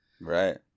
Right